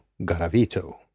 Garavito